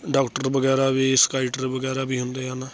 doctor ਵਗੈਰਾ ਵੀ ਸਕਾਈਟਰ ਵਗੈਰਾ ਵੀ ਹੁੰਦੇ ਹਨ